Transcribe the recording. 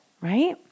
right